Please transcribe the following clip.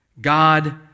God